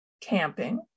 camping